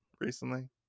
recently